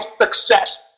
success